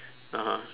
(uh huh)